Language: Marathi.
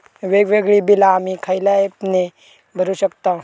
वेगवेगळी बिला आम्ही खयल्या ऍपने भरू शकताव?